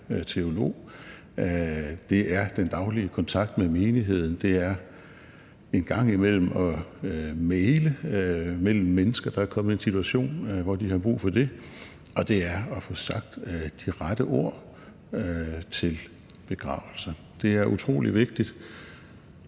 teolog. Det er den daglige kontakt med menigheden, det er en gang imellem at mægle mellem mennesker, der er kommet i en situation, hvor de har brug for det, og det er at få sagt de rette ord til begravelser. Det er utrolig vigtigt.